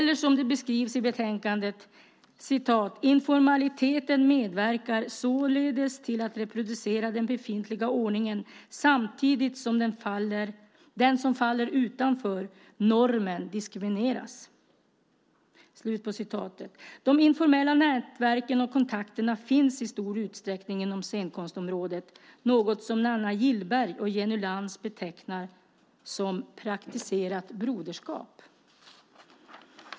Det beskrivs så här i betänkandet: "Informaliteten medverkar således till att reproducera den befintliga ordningen samtidigt som de som faller utanför normen diskrimineras." De informella nätverken och kontakterna finns i stor utsträckning inom scenkonstområdet, något som Nanna Gillberg och Jenny Lantz betecknar som "Praktiserat broderskap".